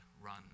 run